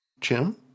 Jim